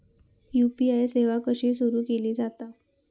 UPI सेवा कशी सुरू केली जाता?